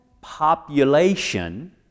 population